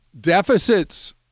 Deficits